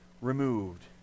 removed